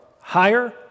higher